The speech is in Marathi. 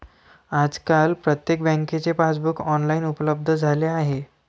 आजकाल प्रत्येक बँकेचे पासबुक ऑनलाइन उपलब्ध झाले आहे